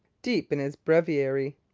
deep in his breviary.